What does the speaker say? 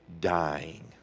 dying